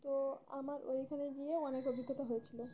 তো আমার ওইখানে গিয়ে অনেক অভিজ্ঞতা হয়েছিলো